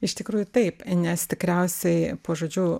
iš tikrųjų taip nes tikriausiai po žodžiu